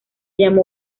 llamó